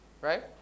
right